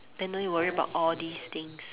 then no need worry about all these things